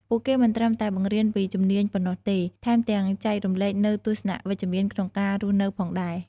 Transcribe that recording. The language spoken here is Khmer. ពួកគេមិនត្រឹមតែបង្រៀនពីជំនាញប៉ុណ្ណោះទេ ថែមទាំងចែករំលែកនូវទស្សនៈវិជ្ជមានក្នុងការរស់នៅផងដែរ។